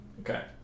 Okay